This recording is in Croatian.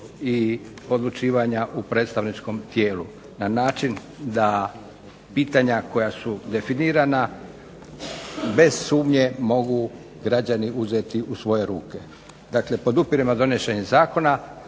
i odlučivanja u predstavničkom tijelu, na način da pitanja koja su definirana bez sumnje mogu građani uzeti u svoje ruke. Dakle, podupiremo donošenje Zakona